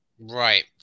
Right